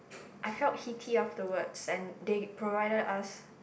I felt heaty afterwards and they provided us